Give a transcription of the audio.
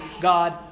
God